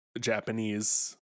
Japanese